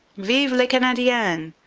vive les canadiens,